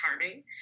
charming